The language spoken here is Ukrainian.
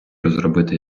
розробити